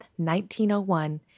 1901